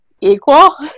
equal